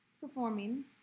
performing